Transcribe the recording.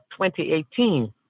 2018